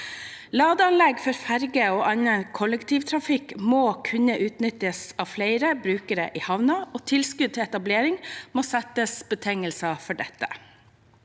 Ladeanlegg for ferge og annen kollektivtrafikk må kunne utnyttes av flere brukere i havnen, og ved tilskudd til etablering må det settes betingelser for dette.